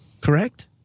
Correct